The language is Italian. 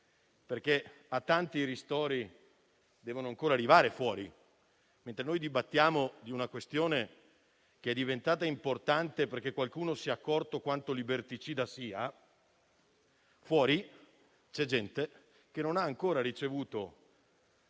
(perché a tanti i ristori devono ancora arrivare), dibattono di una questione diventata importante perché qualcuno si è accorto di quanto sia liberticida, mentre fuori c'è gente che non ha ancora ricevuto